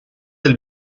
del